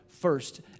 first